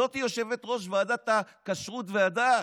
זאת יושבת-ראש ועדת הכשרות והדת.